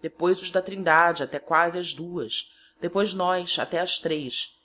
depois os da trindade até quasi as duas depois nós até as tres